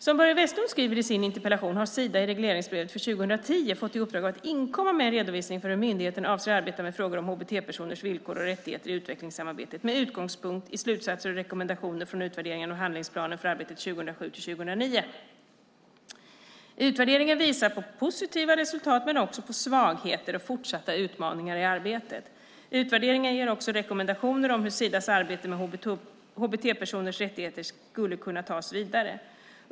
Som Börje Vestlund skriver i sin interpellation har Sida i regleringsbrevet för 2010 fått i uppdrag att inkomma med en redovisning av hur myndigheten avser arbeta med frågor om hbt-personers villkor och rättigheter i utvecklingssamarbetet, med utgångspunkt i slutsatser och rekommendationer från utvärderingen av handlingsplanen för arbetet 2007-2009. Utvärderingen visar på positiva resultat men också på svagheter och fortsatta utmaningar i arbetet. Utvärderingen ger också rekommendationer om hur Sidas arbete med hbt-personers rättigheter skulle kunna tas vidare.